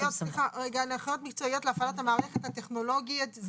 הנחיות מקצועיות להפעלת המערכת הטכנולוגית,